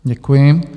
Děkuji.